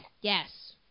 Yes